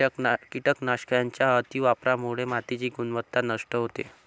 कीटकनाशकांच्या अतिवापरामुळे मातीची गुणवत्ता नष्ट होते